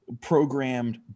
programmed